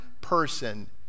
person